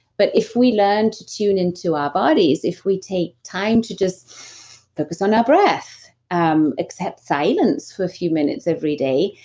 but if we learn to tune in to our bodies, if we take time to just focus on our breath, um accept silence for a few minutes every day,